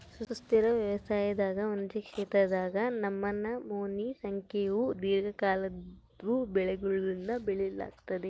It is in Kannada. ಸುಸ್ಥಿರ ವ್ಯವಸಾಯದಾಗ ಒಂದೇ ಕ್ಷೇತ್ರದಾಗ ನಮನಮೋನಿ ಸಂಖ್ಯೇವು ದೀರ್ಘಕಾಲದ್ವು ಬೆಳೆಗುಳ್ನ ಬೆಳಿಲಾಗ್ತತೆ